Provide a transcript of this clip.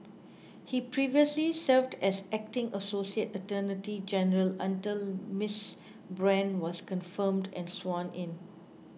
he previously served as acting associate attorney general until Miss Brand was confirmed and sworn in